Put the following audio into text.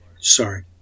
Sorry